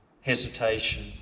hesitation